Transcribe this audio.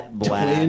black